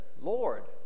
Lord